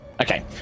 Okay